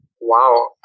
wow